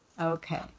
Okay